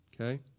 Okay